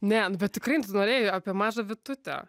nenu bet tikrai tu norėjai apie mažą bitutę